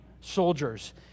soldiers